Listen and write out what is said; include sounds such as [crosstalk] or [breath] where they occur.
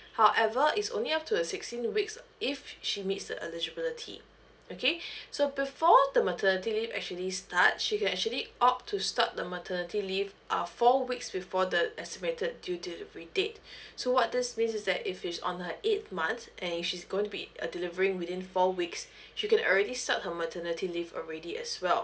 [breath] however it's only up to a sixteen weeks if she meets the eligibility okay [breath] so before the maternity leave actually start she can actually opt to start the maternity leave uh four weeks before the estimated due delivery date [breath] so what this means is that if she is on her eight month and she's going to be delivering within four weeks she can already start her maternity leave already as well